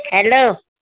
hello